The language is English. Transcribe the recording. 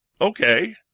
Okay